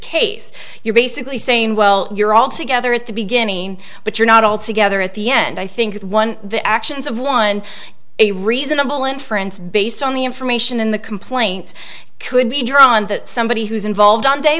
case you're basically saying well you're all together at the beginning but you're not all together at the end i think one the actions of one a reasonable inference based on the information in the complaint could be drawn that somebody who's involved on day